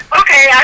okay